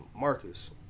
Marcus